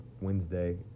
Wednesday